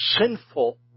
sinful